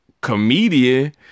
comedian